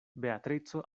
beatrico